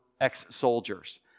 ex-soldiers